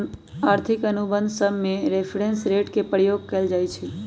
आर्थिक अनुबंध सभमें रेफरेंस रेट के प्रयोग कएल जाइ छइ